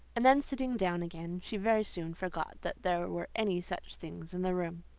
and then sitting down again, she very soon forgot that there were any such things in the room.